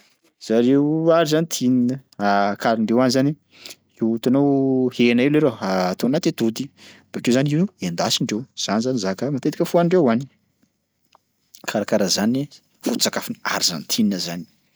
Zareo Argentine, kalindreo any zany io hitanao hena io leroa atao anaty atody bakeo zany io endasindreo zany zany zaka matetika fohanindreo any. Karakaraha zany foto-tsakafon'i Argentine zany.